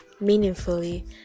meaningfully